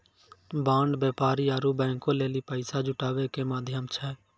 bond व्यापारी आरु बैंको लेली पैसा जुटाबै के माध्यम छै